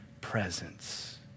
presence